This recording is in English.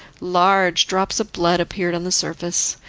large drops of blood appeared on the surface.